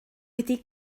wedi